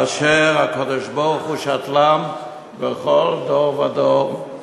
אשר הקדוש-ברוך-הוא שתלם בכל דור ודור,